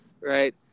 Right